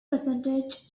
percentage